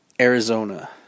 Arizona